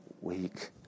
weak